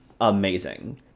amazing